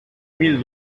mil